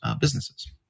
businesses